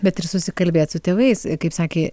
bet ir susikalbėt su tėvais kaip sakė